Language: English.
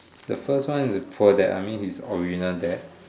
the first one is his poor dad I mean his original dad